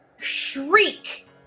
shriek